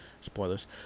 spoilers